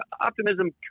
optimism